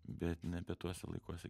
bet nebe tuose laikuose